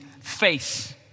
Face